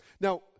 Now